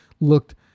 looked